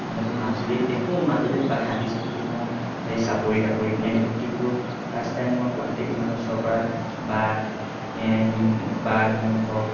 নহ'লেতো মাজুলীত দেখোঁ মাজুলীত বা হাতী চাটি দেখোঁ চাপৰি তাপৰি পিনে দেখোঁ কিন্তু ফাৰ্ষ্ট টাইম মই গুৱাহাটীত ইমান ওচৰৰ পৰা বাঘ বাঘ সিংহ